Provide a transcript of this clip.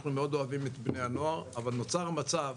אנחנו מאוד אוהבים את בני הנוער, אבל נוצר מצב